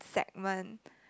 segment